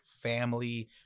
family